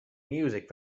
music